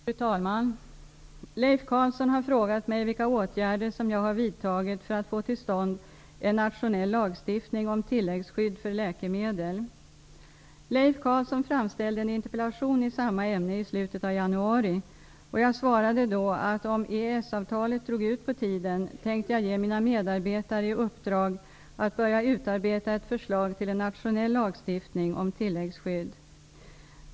Fru talman! Leif Carlson har frågat mig vilka åtgärder som jag har vidtagit för att få till stånd en nationell lagstiftning om tilläggsskydd för läkemedel. Leif Carlson framställde en interpellation i samma ämne i slutet av januari, och jag svarade då, att om EES-avtalet drog ut på tiden tänkte jag ge mina medarbetare i uppdrag att börja utarbeta ett förslag till en nationell lagstiftning om tilläggsskydd.